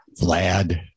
Vlad